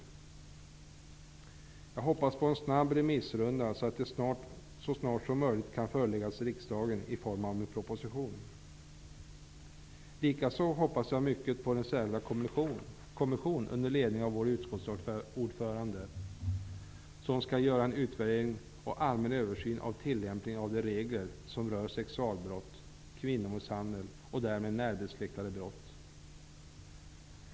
Vidare hoppas jag på en snabb remissrunda, så att materialet så snabbt som möjligt kan föreläggas riksdagen i form av en proposition. Likaså hoppas jag mycket på den kommission under ledning av vår utskottsordförande som skall göra en utvärdering och en allmän översyn av tillämpningen av de regler som rör sexualbrott, kvinnomisshandel och därmed närbesläktade brott.